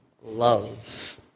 love